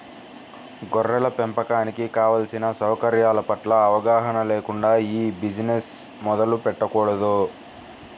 గొర్రెల పెంపకానికి కావలసిన సౌకర్యాల పట్ల అవగాహన లేకుండా ఈ బిజినెస్ మొదలు పెట్టకూడదు